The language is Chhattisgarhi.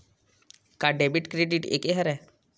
का डेबिट क्रेडिट एके हरय?